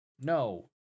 No